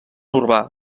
urbà